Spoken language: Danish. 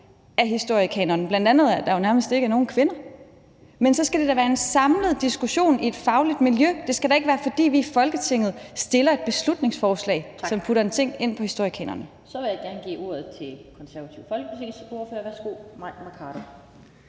af historiekanonen, bl.a. at der jo nærmest ikke er nogen kvinder i den – så skal det da være efter en samlet diskussion i et fagligt miljø. Det skal da ikke være, fordi vi i Folketinget fremsætter et beslutningsforslag, som putter en ting ind i historiekanonen. Kl. 11:33 Den fg. formand (Annette Lind): Så vil jeg gerne give ordet til Mai Mercado